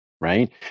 right